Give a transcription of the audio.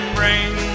bring